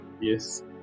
yes